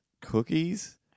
Cookies